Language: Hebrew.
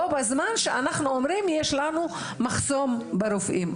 וזאת בשעה שאנחנו אומרים שיש לנו מחסור ברופאים.